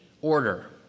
order